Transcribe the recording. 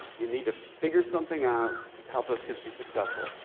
you need to figure something out to help those kids be successful.